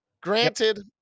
Granted